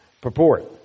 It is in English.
Purport